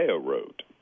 wrote